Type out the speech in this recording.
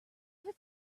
ever